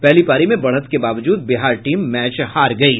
पहली पारी में बढ़त के बावजूद बिहार टीम मैच हार गयी